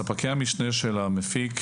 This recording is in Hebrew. ספקי המשנה של המפיק,